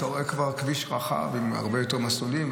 אתה רואה כבר כביש רחב עם הרבה יותר מסלולים,